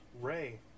Ray